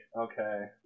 Okay